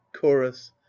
chorus